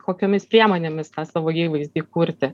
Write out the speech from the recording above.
kokiomis priemonėmis tą savo įvaizdį kurti